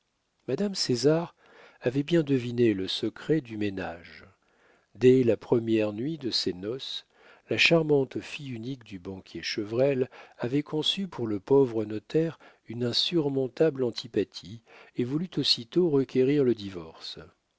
madame césar avait bien deviné le secret du ménage dès la première nuit de ses noces la charmante fille unique du banquier chevrel avait conçu pour le pauvre notaire une insurmontable antipathie et voulut aussitôt requérir le divorce